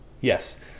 Yes